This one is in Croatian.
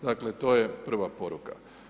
Dakle to je prva poruka.